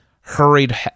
hurried